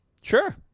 Sure